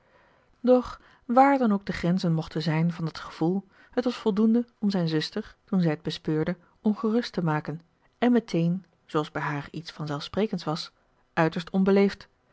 wààr dan ook de grenzen mochten zijn van dat gevoel het was voldoende om zijn zuster toen zij het bespeurde ongerust te maken en meteen zooals bij haar iets van zelf sprekends was uiterst onbeleefd